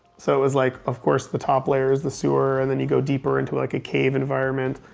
so it was like, of course the top layer is the sewer and then you go deeper into like a cave environment.